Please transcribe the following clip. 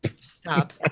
Stop